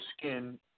skin